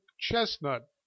chestnut